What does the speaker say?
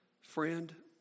Friend